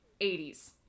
80s